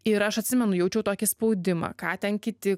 ir aš atsimenu jaučiau tokį spaudimą ką ten kiti